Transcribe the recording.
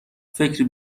فکری